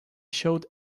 showed